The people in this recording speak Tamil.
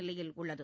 நிலையில் உள்ளது